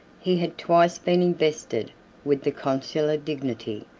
he had twice been invested with the consular dignity,